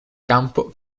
campo